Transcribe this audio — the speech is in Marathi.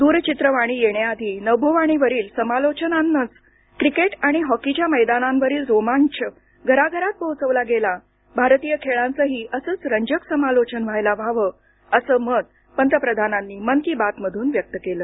दूरचित्रवाणी येण्याआधी नभोवाणीवरील समालोचनानंच क्रिकेट आणि हॉकीच्या मैदानावरील रोमांच घराघरात पोहोचवला होता भारतीय खेळांचही असंच रंजक समालोचन व्हायला हवं असं मत पंतप्रधानांनी मन की बात मधून व्यक्त केलं